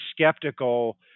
skeptical